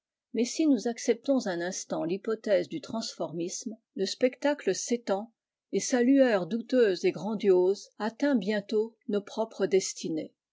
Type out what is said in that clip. mais si nous acceptons un instant l'hypothèse du transformisme le spectacle s'étend et sa lueur douteuse et grandiose atteint bientôt nos propres destinées